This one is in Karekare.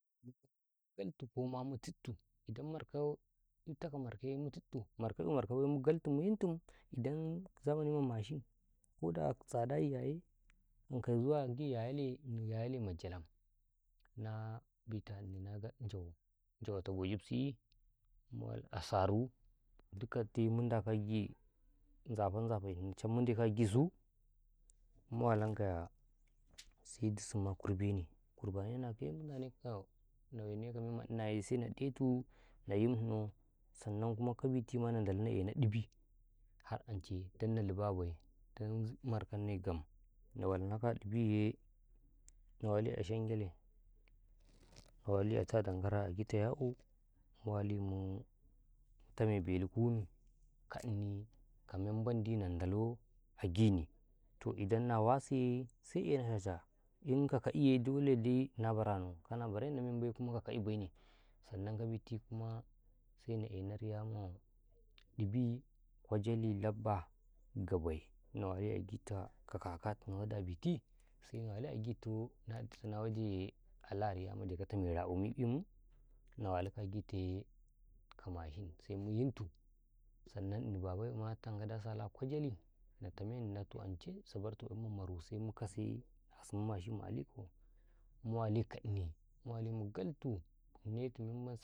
﻿Muwali mugaltu koma mu tittu idan marko itakaw markaye mutittu marko imarkabaiye mu galtun mu yintim idan zamani ma mashin koda ka tsadayiyaye anka zuwa agi yayale, yayale majalam na bita'i hni na Njawo, Njawota bo gifsiyi mua asaro dika dai mu Ndakaw agi Nzafe-Nzafeni cam mu Ndakaw a gisu muwalankaya sedusunma kurbane kurbanenakaye mu Ndaanekaya na weneka mema ɗinaya na ɗetu na yinno sanna kuma ka bitima na Ndalaw na inaw ɗibi har anchai danna libabai dam markanai gam nawalka ɗibiye na wali a shingale na wali a tadangara agita ya'u muwali muu -mutame bale, kunnu ka ɗini ka mebandi na Ndalaw agini toh idan na wasiye se'enaw cha-cha inka ka'iye doladai na baranaw kana barenaw membai ka ka'ibai sanan ka biti kuma sena inaw riyamau ɗibi kwajali, labba, gawai na wali agitaa kakanawadi abiti saina wali agitu nawaje ala riyamajagatau mai ra'umim im na walikaw agitaye ka mashin semuyintu sanan ini Babayo ma tankaw da sala kwajali na tameni iNda toh anchai saa bartu ƙwayimma maru semu kase asmun mashimma Aliko mu walika eni muwali mu galtu netu memman saratu.